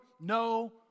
no